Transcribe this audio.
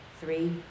three